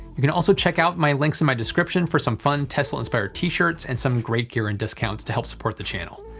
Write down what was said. you can also check out the links in my description for some fun tesla inspired t-shirts, and some great gear and discounts to help support the channel.